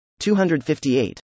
258